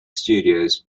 studios